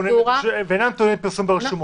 אבל אינם טעונים פרסום ברשומות.